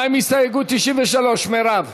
מה עם הסתייגות 93, מרב?